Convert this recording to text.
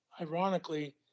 ironically